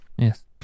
Yes